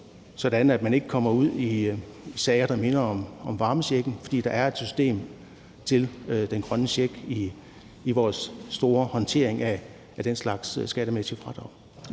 sådan at man ikke kommer ud i sager, der minder om det med varmechecken, fordi der er et system til den grønne check i vores store håndtering af den slags skattemæssige fradrag.